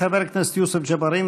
חבר הכנסת יוסף ג'בארין,